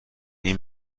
این